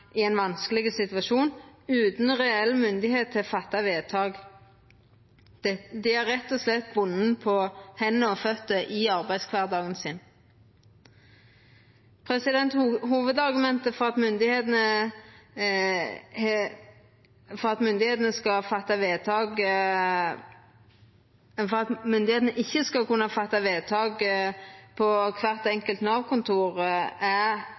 i ein vanskeleg situasjon, utan ei reell myndigheit til å fatta vedtak. Dei er rett og slett bundne på hender og føter i arbeidskvardagen sin. Hovudargumentet for at myndigheitene ikkje skal kunna fatta vedtak